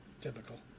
Typical